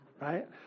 right